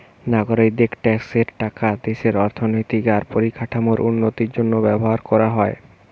নাগরিকদের ট্যাক্সের টাকা দেশের অর্থনৈতিক আর পরিকাঠামোর উন্নতির জন্য ব্যবহার কোরা হয়